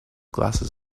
glasses